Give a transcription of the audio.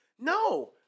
No